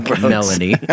Melanie